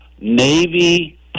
Navy